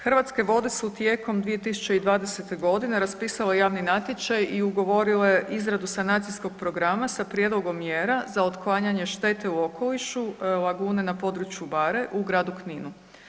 Hrvatske vode su tijekom 2020. g. raspisale javni natječaj i ugovorile izradu sanacijskog programa sa prijedlogom mjera za otklanjanje štete u okolišu lagune na području „Bare“ u gradu Kninu.